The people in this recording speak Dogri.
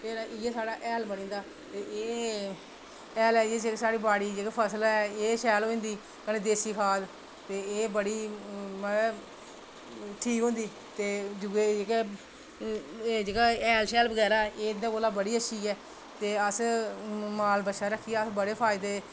ते इ'यै साढ़ा हैल बनी जंदा ते एह् हैल नै एह् जेह्ड़ी साढ़ी बाड़ी गी फसल ऐ शैल बनी जंदी ते कन्नै देसी खाद ते एह् बड़ी मतलब ठीक होंदी ते दूऐ जेह्के एह् हैल बगैरा इंदे कोला बड़ी अच्छी ऐ ते अस माल बच्छा रक्खियै अस बड़े फायदै ई